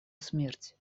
смерть